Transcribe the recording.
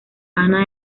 ana